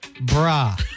bra